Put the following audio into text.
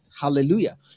Hallelujah